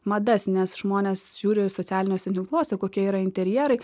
madas nes žmonės žiūri socialiniuose tinkluose kokie yra interjerai